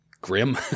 grim